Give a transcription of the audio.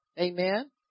amen